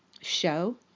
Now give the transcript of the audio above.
show